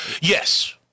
Yes